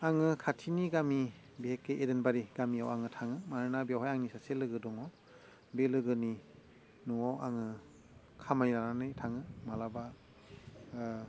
आङो खाथिनि गामि बेहेखि एरेनबारि गामियाव आङो थाङो मानोना बेवहाय आंनि सासे लोगो दङ बे लोगोनि न'वाव आङो खामानि लानानै थाङो मालाबा